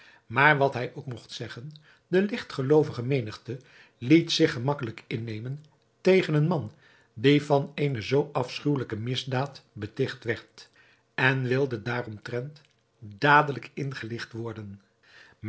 maar wat hij ook mogt zeggen de ligtgeloovige menigte liet zich gemakkelijk innemen tegen een man die van eene zoo afschuwelijke misdaad betigt werd en wilde daaromtrent dadelijk ingelicht